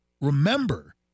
Remember